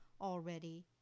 already